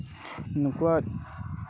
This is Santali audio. ᱱᱩᱠᱩᱣᱟᱜ